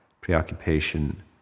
preoccupation